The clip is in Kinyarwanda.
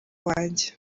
wanjye